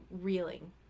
reeling